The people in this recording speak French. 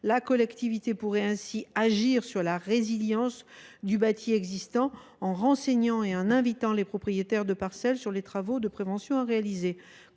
la collectivité pourrait ainsi agir sur la résilience du bâti existant en renseignant les propriétaires de parcelles sur les travaux de prévention à réaliser.